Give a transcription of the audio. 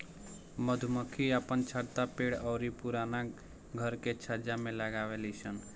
मधुमक्खी आपन छत्ता पेड़ अउरी पुराना घर के छज्जा में लगावे लिसन